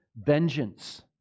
Vengeance